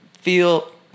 feel